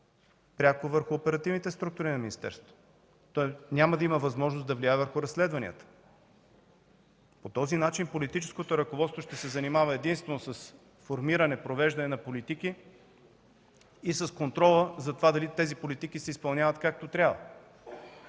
пряко върху оперативните структури на министерството, тоест няма да има възможност да влияе върху разследванията. По този начин политическото ръководство ще се занимава единствено с формиране и провеждане на политики и с контрол за това дали тези политики се изпълняват както трябва,